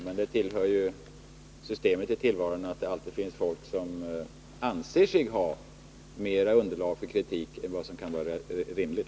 Men det tillhör ju systemet i tillvaron att det alltid finns folk som anser sig ha mera underlag för kritik än vad som kan vara rimligt.